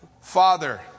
Father